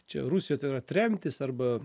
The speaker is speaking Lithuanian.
čia rusijoj tai yra tremtys arba